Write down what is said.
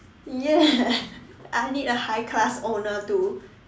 yes I need a high class owner too